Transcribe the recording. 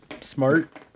smart